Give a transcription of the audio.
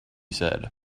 said